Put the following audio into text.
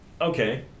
Okay